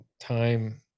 time –